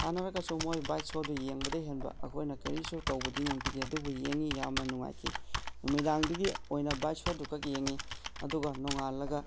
ꯁꯥꯟꯅꯔꯒꯁꯨ ꯃꯣꯏ ꯕꯥꯏꯠ ꯁꯣꯗꯨ ꯌꯦꯡꯕꯗꯒꯤ ꯍꯦꯟꯕ ꯑꯩꯈꯣꯏꯅ ꯀꯔꯤꯁꯨ ꯇꯧꯕꯗꯤ ꯉꯝꯈꯤꯗꯦ ꯑꯗꯨꯕꯨ ꯌꯦꯡꯏ ꯌꯥꯝꯅ ꯅꯨꯉꯥꯏꯈꯤ ꯅꯨꯃꯤꯗꯥꯡꯗꯨꯒꯤ ꯑꯣꯏꯅ ꯕꯥꯏꯠ ꯁꯣꯗꯨꯈꯛ ꯌꯦꯡꯏ ꯑꯗꯨꯒ ꯅꯣꯡꯉꯥꯜꯂꯒ